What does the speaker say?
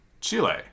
Chile